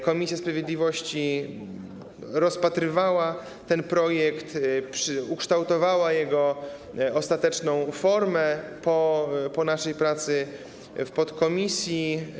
Komisja sprawiedliwości rozpatrywała ten projekt i ukształtowała jego ostateczną formę po naszej pracy w podkomisji.